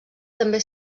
també